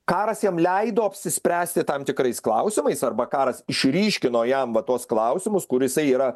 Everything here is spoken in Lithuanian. karas jam leido apsispręsti tam tikrais klausimais arba karas išryškino jam va tuos klausimus kur jisai yra